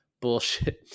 bullshit